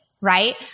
right